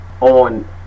on